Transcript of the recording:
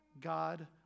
God